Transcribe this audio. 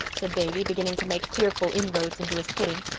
said davy, beginning to make fearful inroads into his pudding.